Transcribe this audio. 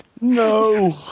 No